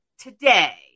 today